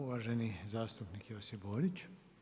Uvaženi zastupnik Josipi Borić.